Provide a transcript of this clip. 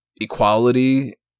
equality